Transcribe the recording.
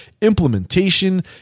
implementation